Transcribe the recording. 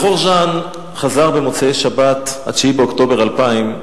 בכור ג'אן חזר במוצאי-שבת, 9 באוקטובר 2000,